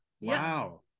Wow